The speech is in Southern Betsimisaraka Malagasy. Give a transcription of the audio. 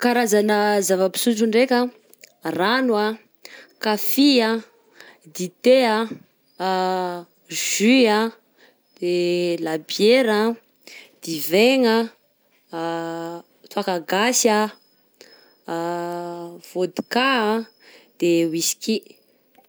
Karazana zava-pisotro ndraiky: rano a, kafy a, dite a, jus a, de labiera, divaigna, tôka gasy, vôdka, de whisky.